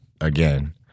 again